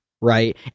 Right